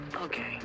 Okay